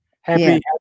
Happy